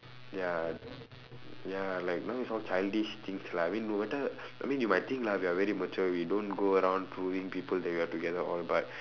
ya ya like now is all childish things lah I mean no matter I mean you might think lah we are very mature we don't go around proving people that we are together all but